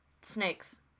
Snakes